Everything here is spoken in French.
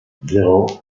zéro